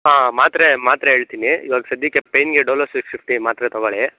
ಹಾಂ ಮಾತ್ರೆ ಮಾತ್ರೆ ಹೇಳ್ತೀನಿ ಇವಾಗ ಸದ್ಯಕ್ಕೆ ಪೇಯ್ನ್ಗೆ ಡೋಲೋ ಸಿಕ್ಸ್ ಫಿಫ್ಟಿ ಮಾತ್ರೆ ತೊಗೊಳ್ಳಿ